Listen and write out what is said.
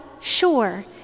sure